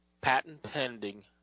patent-pending